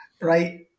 Right